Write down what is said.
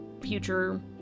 future